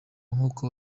nk’uko